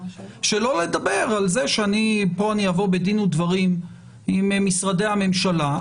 שלא לדבר על זה שכאן אני אבוא בדין ודברים עם משרדי הממשלה.